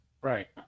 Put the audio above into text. Right